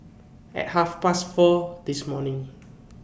At Half Past four This morning